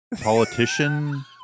politician